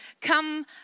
come